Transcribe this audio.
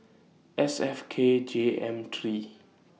S F K J M three